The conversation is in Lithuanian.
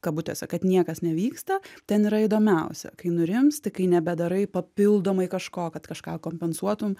kabutėse kad niekas nevyksta ten yra įdomiausia kai nurimsti kai nebedarai papildomai kažko kad kažką kompensuotum